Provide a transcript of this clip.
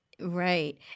Right